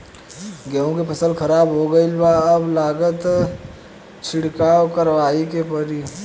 गेंहू के फसल खराब हो गईल बा अब लागता छिड़काव करावही के पड़ी